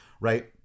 right